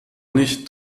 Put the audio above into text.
nicht